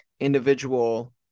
individual